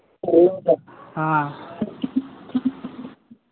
ہاں